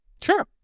Sure